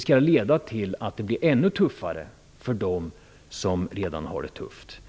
tyvärr, blir ännu tuffare för dem som redan har det tufft.